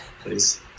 Please